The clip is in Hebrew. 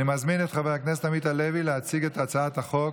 אני מזמין את חבר הכנסת עמית הלוי להציג את הצעת החוק.